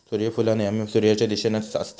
सुर्यफुला नेहमी सुर्याच्या दिशेनेच असतत